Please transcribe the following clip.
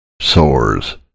soars